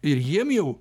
ir jiem jau